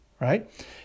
right